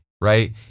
right